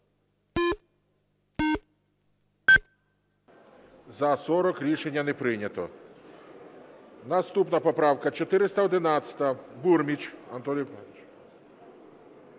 За-48 Рішення не прийнято. Наступна поправка 1162, Бурміч Анатолій Петрович.